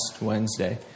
Wednesday